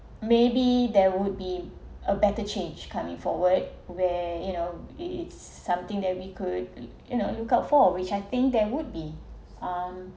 maybe there would be a better change coming forward where you know it's something that we could you know look out for which I think there would be um